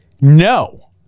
no